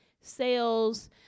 sales